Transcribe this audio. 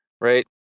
Right